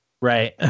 right